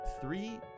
three